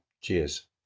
Cheers